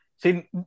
See